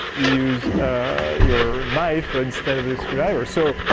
you use ah your knife instead of the screw driver. so,